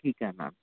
ठीक आहे मॅम